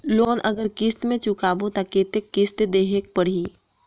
Loan अगर किस्त म चुकाबो तो कतेक किस्त देहेक पढ़ही?